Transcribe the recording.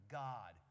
god